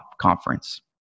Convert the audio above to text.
Conference